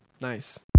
Nice